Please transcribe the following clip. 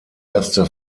erste